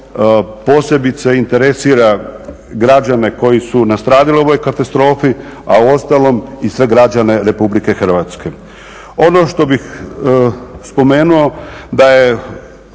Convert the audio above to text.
posebice interesira građane koji su nastradali u ovoj katastrofi, a uostalom i sve građane RH. Ono što bih spomenuo da je